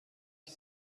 ich